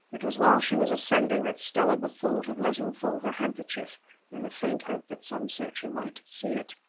it was while she was ascending that stella bethought of letting fall her handkerchief in the faint hope that some searcher might see it.